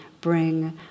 bring